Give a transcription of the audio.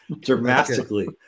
Dramatically